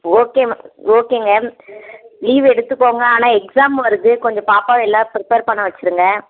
okay மே ஓகேங்க leave எடுத்துக்கோங்க ஆனால் எக்ஸாம் வருது கொஞ்சம் பாப்பாவை எல்லாம் ப்ரிப்பர் பண்ண வச்சுருங்க